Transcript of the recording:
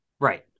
right